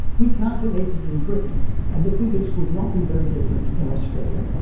we calculated in britain, and the figures would not be very different in australia,